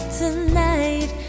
tonight